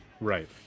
Right